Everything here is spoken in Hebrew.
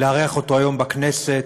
לארח אותו היום בכנסת,